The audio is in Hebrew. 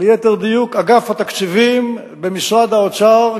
ליתר דיוק אגף התקציבים במשרד האוצר,